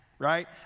right